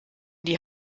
die